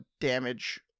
damage